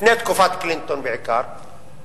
לפני תקופת קלינטון בעיקר,